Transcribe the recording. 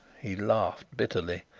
he laughed bitterly.